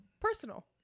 personal